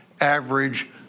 average